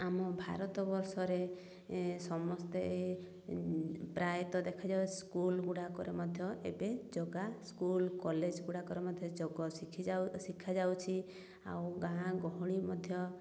ଆମ ଭାରତବର୍ଷରେ ସମସ୍ତେ ପ୍ରାୟତଃ ଦେଖାଯାଏ ସ୍କୁଲ୍ ଗୁଡ଼ାକରେ ମଧ୍ୟ ଏବେ ଯୋଗା ସ୍କୁଲ୍ କଲେଜ୍ ଗୁଡ଼ାକରେ ମଧ୍ୟ ଯୋଗ ଶିଖିଯାଉ ଶିଖାଯାଉଛି ଆଉ ଗାଁ ଗହଳି ମଧ୍ୟ